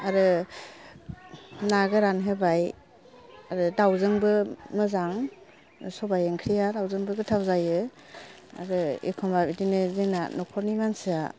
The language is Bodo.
आरो ना गोरान होबाय आरो दावजों बो मोजां सबाय ओंख्रि आ दावजोंबो गोथाव जायो आरो एखमबा बिदिनो जोंना न'खरनि मानसिया